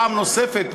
פעם נוספת,